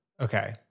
Okay